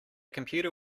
computer